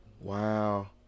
wow